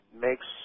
makes